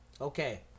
okay